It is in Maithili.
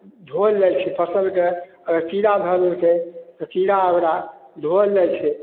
धोअल जाइ छै फसिलके अगर कीड़ा धऽ लेलकै तऽ कीड़ा ओकरा धोअल जाइ छै